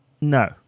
No